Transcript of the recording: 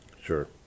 Sure